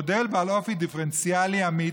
מודל בעל אופי דיפרנציאלי אמיץ,